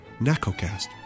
NACOCAST